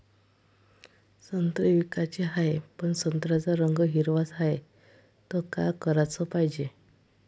संत्रे विकाचे हाये, पन संत्र्याचा रंग हिरवाच हाये, त का कराच पायजे?